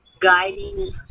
guiding